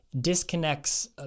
disconnects